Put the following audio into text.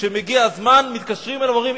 כשמגיע הזמן מתקשרים אליה ואומרים,